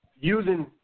using